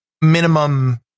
minimum